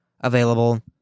available